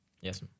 Yes